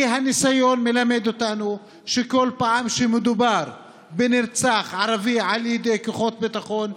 כי הניסיון מלמד אותנו שכל פעם שמדובר בנרצח ערבי על ידי כוחות ביטחון,